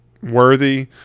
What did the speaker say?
worthy